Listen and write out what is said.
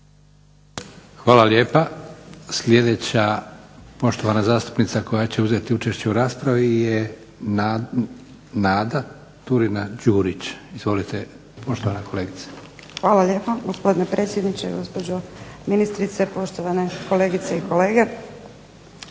Hvala lijepa. Sljedeća poštovana zastupnica koja će uzeti učešće u raspravi je Nada Turina-Đurić. Izvolite, poštovana kolegice. **Turina-Đurić, Nada (HNS)** Hvala lijepa, gospodine predsjedniče. Gospođo ministrice, poštovane kolegice i kolege.